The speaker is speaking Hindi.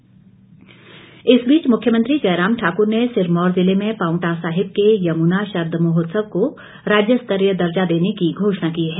शरद महोत्सव इस बीच मुख्यमंत्री जयराम ठाक्र ने सिरमौर जिले में पांवटा साहिब के यमुना शरद महोत्सव को राज्य स्तरीय दर्जा देने की घोषणा की है